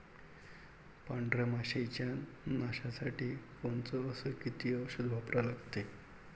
पांढऱ्या माशी च्या नाशा साठी कोनचं अस किती औषध वापरा लागते?